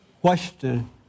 question